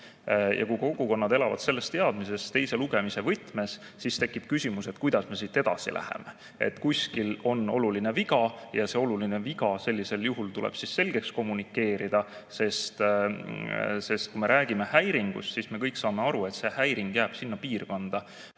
Kui kogukonnad elavad selles teadmises teise lugemise võtmes, siis tekib küsimus, kuidas me siit edasi läheme. Kuskil on oluline viga ja see oluline viga tuleb sellisel juhul selgeks kommunikeerida. Sest kui me räägime häiringust, siis me kõik saame aru, et see häiring jääb sinna piirkonda,